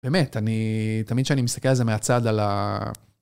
באמת, אני תמיד כשאני מסתכל על זה מהצד על ה...